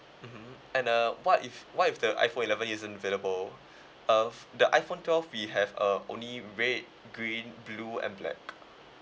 mmhmm and uh what if what if the iphone eleven isn't available uh the iphone twelve we have uh only red green blue and black